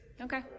Okay